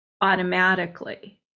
automatically